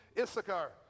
Issachar